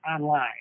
online